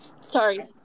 sorry